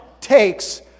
takes